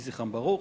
יהי זכרן ברוך,